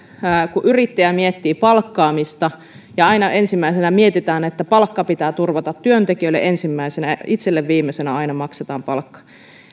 kun yrittäjä miettii palkkaamista ja aina ensimmäisenä mietitään että palkka pitää turvata työntekijöille ensimmäisenä itselle viimeisenä aina maksetaan palkka